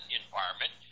environment